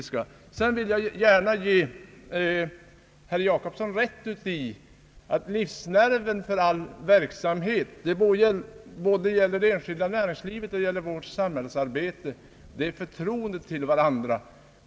Sedan vill jag gärna ge herr Jacobsson rätt i att livsnerven för all verksamhet när det gäller både det enskilda näringslivet och samhällsarbetet är förtroende till varandra.